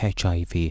HIV